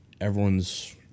everyone's